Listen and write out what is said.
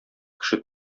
кеше